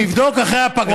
נבדוק אחרי הפגרה.